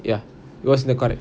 ya it was the correct